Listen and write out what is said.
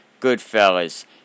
Goodfellas